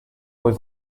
vuoi